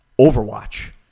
Overwatch